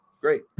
Great